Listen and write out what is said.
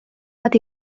bat